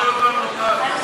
תקציב לא נתקבלו.